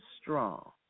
strong